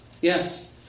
yes